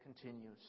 continues